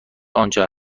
آنجا